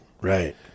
Right